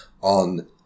on